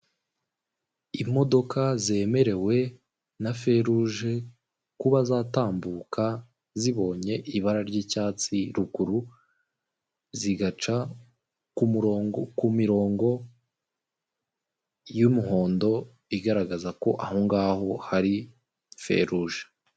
Imodoka zemerewe na feruje kuba zatambuka zibonye ibara ry'icyatsi ruguru zigaca ku murongo y'umuhondo igaragaza ko ahongaho hari feruje.